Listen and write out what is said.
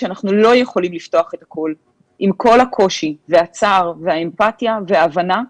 יותר מההיגיון האפידמיולוגי הזה אני רוצה לומר שני דברים מאוד קשים.